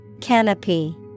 Canopy